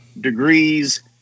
degrees